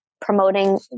promoting